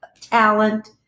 talent